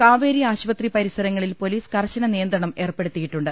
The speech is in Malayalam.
കാവേരി ആശുപത്രി പരിസരങ്ങളിൽ പൊലീസ് കർശന നിയ ന്ത്രണം ഏർപ്പെടുത്തിയിട്ടുണ്ട്